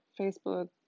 Facebook